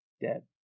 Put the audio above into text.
dead